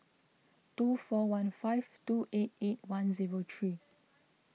two four one five two eight eight one zero three